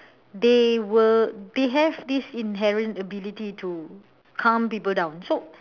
they will they have this inherent ability to calm people down so